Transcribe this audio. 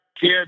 kid